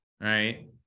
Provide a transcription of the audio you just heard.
right